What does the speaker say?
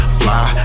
fly